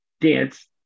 dance